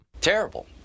Terrible